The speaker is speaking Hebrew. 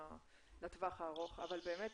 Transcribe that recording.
לטווח הארוך, אבל באמת